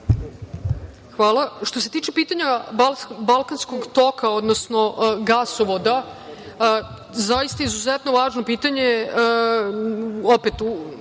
Hvala. Što se tiče pitanja „Balkanskog toka“, odnosno gasovoda, zaista izuzetno važno pitanje u